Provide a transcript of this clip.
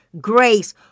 grace